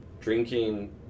drinking